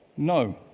no.